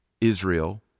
Israel